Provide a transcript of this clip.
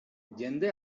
jende